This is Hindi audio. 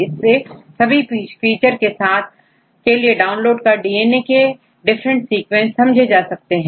इसे सभी फीचर के लिए डाउनलोड कर डीएनए के डिफरेंट सीक्वेंस समझे जा सकते हैं